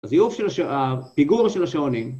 הזיוף של השעון, הפיגור של השעונים